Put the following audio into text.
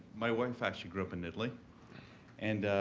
my wife actually grew up in italy and